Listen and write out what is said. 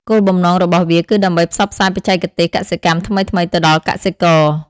គោលបំណងរបស់វាគឺដើម្បីផ្សព្វផ្សាយបច្ចេកទេសកសិកម្មថ្មីៗទៅដល់កសិករ។